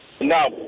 No